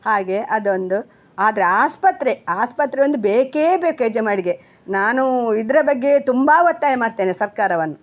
ಹಾಗೆ ಅದೊಂದು ಆದರೆ ಆಸ್ಪತ್ರೆ ಆಸ್ಪತ್ರೆ ಒಂದು ಬೇಕೇ ಬೇಕು ಹೆಜಮಾಡಿಗೆ ನಾನು ಇದರ ಬಗ್ಗೆ ತುಂಬ ಒತ್ತಾಯ ಮಾಡ್ತೇನೆ ಸರ್ಕಾರವನ್ನು